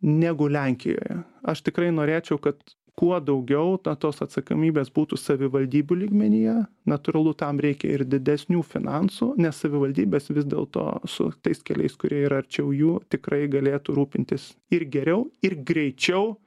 negu lenkijoje aš tikrai norėčiau kad kuo daugiau na tos atsakomybės būtų savivaldybių lygmenyje natūralu tam reikia ir didesnių finansų nes savivaldybės vis dėlto su tais keliais kurie yra arčiau jų tikrai galėtų rūpintis ir geriau ir greičiau